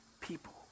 people